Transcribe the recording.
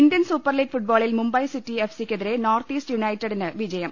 Indian super league ഫുട് ബോളിൽ Mumbai city F സിക്കെതിരെ നോർത്ത് ഈസ്റ്റ് യുണൈറ്റഡിന് വിജയം